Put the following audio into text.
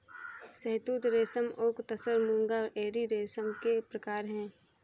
शहतूत रेशम ओक तसर मूंगा एरी रेशम के प्रकार है